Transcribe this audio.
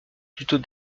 plutôt